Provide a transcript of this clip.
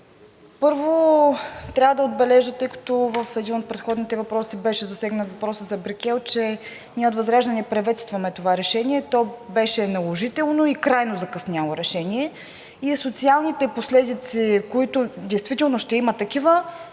Първо, трябва да отбележа, тъй като в един от предходните въпроси беше засегнат въпросът за „Брикел“, че ние от ВЪЗРАЖДАНЕ приветстваме това решение, то беше наложително и крайно закъсняло решение, и социалните последици, които действително ще има такива,